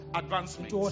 advancement